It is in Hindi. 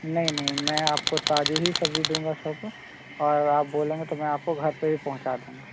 नहीं नहीं मैं आपको ताज़ी ही सब्ज़ी दूँगा सब और आप बोलेंगे तो मैं आपके घर पे ही पहुंचा दूंगा